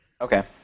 Okay